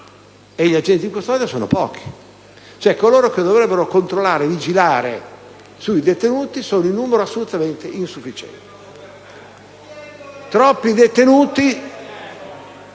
e gli agenti di custodia sono pochi: coloro cioè che dovrebbero controllare e vigilare sui detenuti sono in numero assolutamente insufficiente. MORANDO *(PD)*.